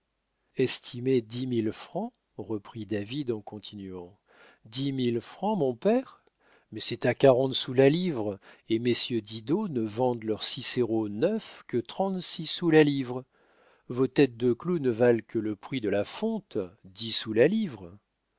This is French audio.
estimés dix mille francs reprit david en continuant dix mille francs mon père mais c'est à quarante sous la livre et messieurs didot ne vendent leur cicéro neuf que trente-six sous la livre vos têtes de clous ne valent que le prix de la fonte dix sous la livre